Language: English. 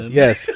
yes